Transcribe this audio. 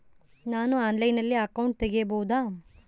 ನಾನು ಆನ್ಲೈನಲ್ಲಿ ಅಕೌಂಟ್ ತೆಗಿಬಹುದಾ?